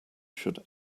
should